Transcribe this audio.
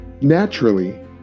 Naturally